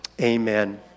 amen